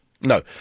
No